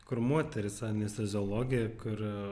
kur moteris anesteziologė kur